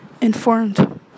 informed